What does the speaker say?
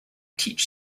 teach